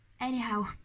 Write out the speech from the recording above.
Anyhow